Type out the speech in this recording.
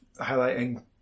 highlighting